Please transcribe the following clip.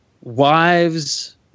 wives